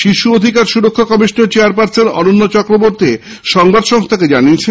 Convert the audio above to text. শিশু অধিকার সুরক্ষা কমিশনের চেয়ারপার্সন অনন্যা চক্রবর্তী সংবাদ সংস্হাকে জানিয়েছেন